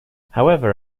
however